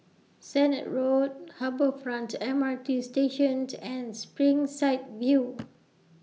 Sennett Road Harbour Front M R T Station and Springside View